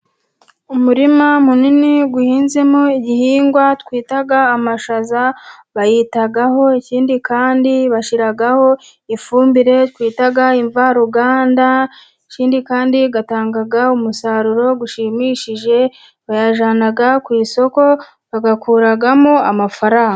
Umurima munini uhinzemo igihingwa twita amashaza, bayitaho ikindi kandi bashyiraho ifumbire twita imvaruganda, ikindi kandi atanga umusaruro ushimishije, bayajyana ku isoko bayakuramo amafaranga.